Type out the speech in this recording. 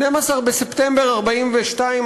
ב-12 בספטמבר 1942,